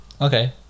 okay